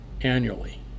annually